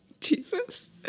Jesus